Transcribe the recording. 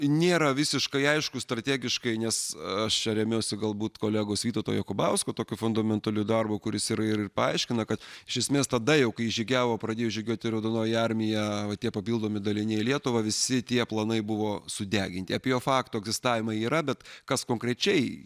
nėra visiškai aišku strategiškai nes aš remiuosi galbūt kolegos vytauto jokubausko tokiu fundamentaliu darbu kuris ir ir paaiškina kad iš esmės tada jau kai žygiavo pradėjo žygiuoti raudonoji armija vat tie papildomi daliniai į lietuvą visi tie planai buvo sudeginti apie fakto egzistavimą yra bet kas konkrečiai